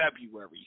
February